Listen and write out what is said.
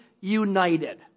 united